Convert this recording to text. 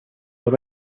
will